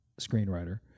screenwriter